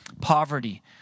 poverty